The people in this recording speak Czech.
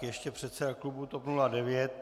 Ještě předseda klubu TOP 09.